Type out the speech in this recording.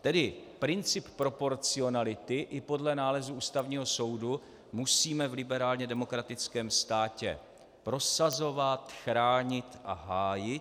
Tedy princip proporcionality i podle nálezu Ústavního soudu musíme v liberálně demokratickém státě prosazovat, chránit a hájit.